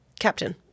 Captain